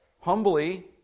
humbly